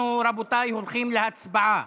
אנחנו, רבותיי, הולכים להצבעה.